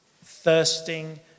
thirsting